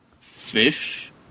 Fish